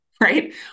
right